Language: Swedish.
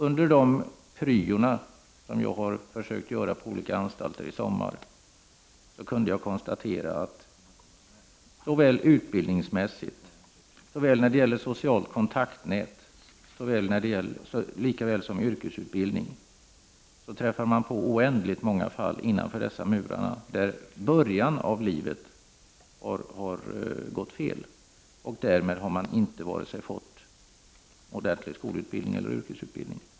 Under min pryo på olika anstalter i somras kunde jag konstatera att det innanför murarna finns oändligt många som det har gått på tok för i början av livet, som inte har fått vare sig ordentlig skolutbildning eller yrkesutbildning.